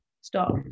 stop